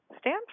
stand